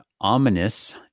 ominous